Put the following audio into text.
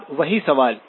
अब वही सवाल